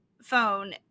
phone